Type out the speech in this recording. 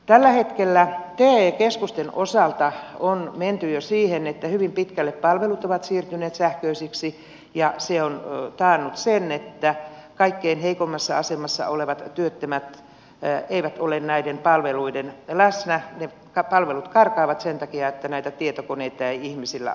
tällä hetkellä te keskusten osalta on menty jo siihen että hyvin pitkälle palvelut ovat siirtyneet sähköisiksi ja se on taannut sen että kaikkein heikoimmassa asemassa olevat työttömät eivät ole näiden palveluiden lähellä ja palvelut karkaavat sen takia että näitä tietokoneita ei ihmisillä ole